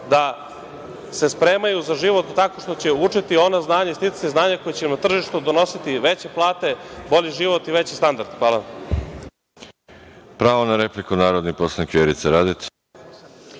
da se spremaju za život tako što će učiti ona znanja i sticati znanja koja će na tržištu donositi veće plate, bolji život i veći standard. Hvala. **Veroljub Arsić** Pravo na repliku, narodni poslanik Vjerica Radeta.